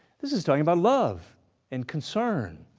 this is talking about love and concern.